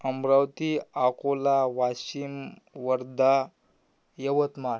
Amravati Akola Washim Wardha Yavatmal